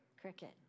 Cricket